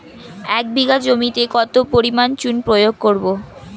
এক বিঘা জমিতে কত পরিমাণ চুন প্রয়োগ করব?